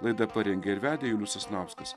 laidą parengė ir vedė julius sasnauskas